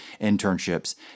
internships